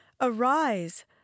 Arise